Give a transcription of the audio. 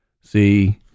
See